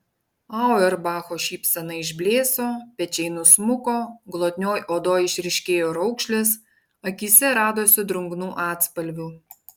auerbacho šypsena išblėso pečiai nusmuko glotnioj odoj išryškėjo raukšlės akyse radosi drungnų atspalvių